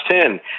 ten